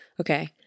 Okay